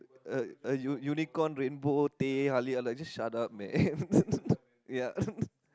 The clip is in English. uh uh unicorm rainbow teh-halia like just shut up man ya